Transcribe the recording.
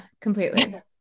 Completely